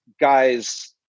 guys